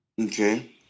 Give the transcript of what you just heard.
Okay